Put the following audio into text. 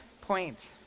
point